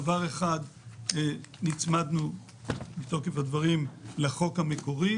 דבר אחד הצמדנו לחוק המקורי,